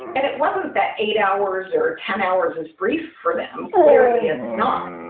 and it wasn't that eight hours or ten hours is brief for them. clearly, it's not.